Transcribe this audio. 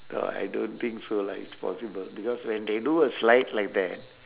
no I don't think so lah it's possible because when they do a slide like that